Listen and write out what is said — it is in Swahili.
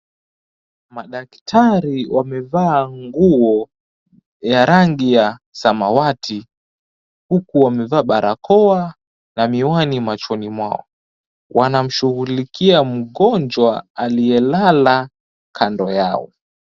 Madaktari wamevaa nguo ya rangi ya samawati huku wamevaa barakoa na miwani machoni mwao. Wanamshughulikia mgonjwa aliyelala kando yao.